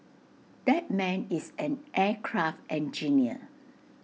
that man is an aircraft engineer